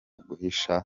guhisha